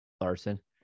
larson